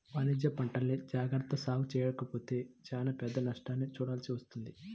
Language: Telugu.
వాణిజ్యపంటల్ని జాగర్తగా సాగు చెయ్యకపోతే చానా పెద్ద నష్టాన్ని చూడాల్సి వత్తది